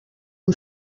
hem